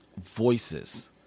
voices